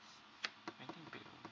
I think below